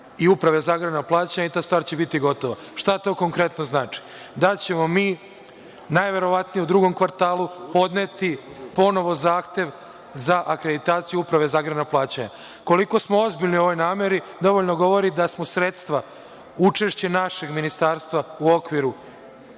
i Uprave za agrarna plaćanja i ta stvar će biti gotova. Šta to konkretno znači? Da ćemo mi najverovatnije u drugom kvartalu podneti ponovo zahtev za akreditaciju Uprave za agrarno plaćanje. Koliko smo ozbiljni u ovoj nameri dovoljno govori da smo sredstva, učešće našeg ministarstva u okviru